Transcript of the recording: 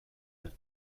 have